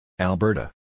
Alberta